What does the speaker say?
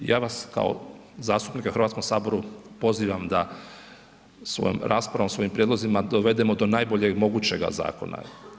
Ja vas kao zastupnike u Hrvatskom saboru pozivam da svojom raspravom, svojim prijedlozima dovedemo do najboljeg mogućega zakona.